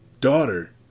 daughter